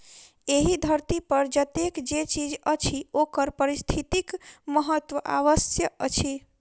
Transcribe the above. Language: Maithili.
एहि धरती पर जतेक जे चीज अछि ओकर पारिस्थितिक महत्व अवश्य अछि